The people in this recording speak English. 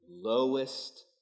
lowest